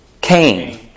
Cain